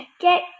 Get